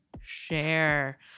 share